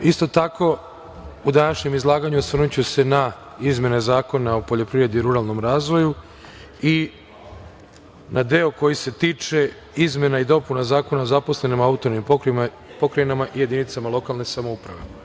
Isto tako, u današnjem izlaganju osvrnuću se na izmene Zakona o poljoprivredi i ruralnom razvoju i na deo koji se tiče izmene i dopune Zakona o zaposlenima u autonomnim pokrajinama i jedinicama lokalne samouprave.